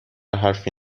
حرفی